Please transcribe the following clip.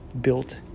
built